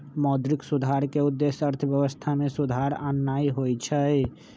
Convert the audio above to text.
मौद्रिक सुधार के उद्देश्य अर्थव्यवस्था में सुधार आनन्नाइ होइ छइ